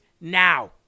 now